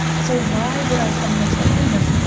so why would i suddenly start doing this?